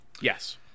Yes